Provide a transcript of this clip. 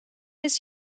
his